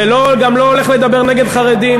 וגם לא הולך לדבר נגד ערבים.